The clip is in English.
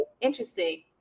interesting